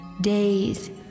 days